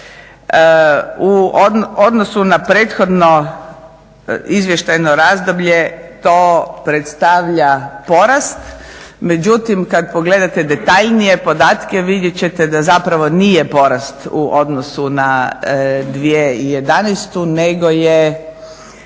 U odnosu na prethodno izvještajno razdoblje to predstavlja porast. Međutim, kada pogledate detaljnije podatke vidjeti ćete da zapravo nije porast u odnosu na 2011. nego je